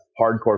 hardcore